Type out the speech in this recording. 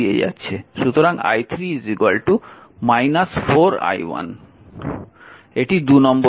সুতরাং i3 4i1 এটি নম্বর সমীকরণ